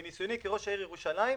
מניסיוני כראש העיר ירושלים,